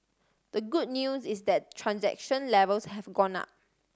the good news is that transaction levels have gone up